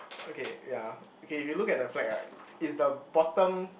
okay ya okay if you look at the flag right is the bottom